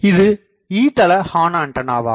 இது E தள ஹார்ன்ஆண்டனாவாகும்